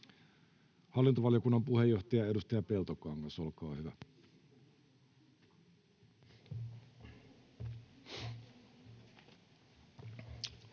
Hallintovaliokunnan puheenjohtaja, edustaja Peltokangas, olkaa hyvä.